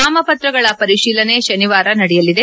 ನಾಮಪತ್ರಗಳ ಪರಿಶೀಲನೆ ಶನಿವಾರ ನಡೆಯಲಿದೆ